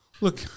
Look